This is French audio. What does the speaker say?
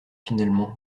finalement